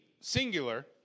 singular